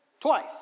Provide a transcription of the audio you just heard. Twice